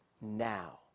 now